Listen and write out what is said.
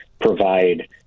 provide